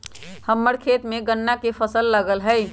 हम्मर खेत में गन्ना के फसल लगल हई